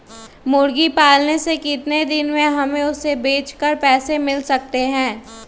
मुर्गी पालने से कितने दिन में हमें उसे बेचकर पैसे मिल सकते हैं?